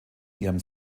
ihrem